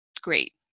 great